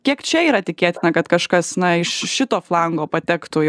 kiek čia yra tikėtina kad kažkas na iš šito flango patektų į